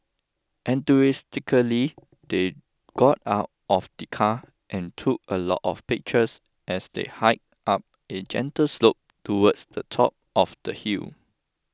enthusiastically they got out of the car and took a lot of pictures as they hiked up a gentle slope towards the top of the hill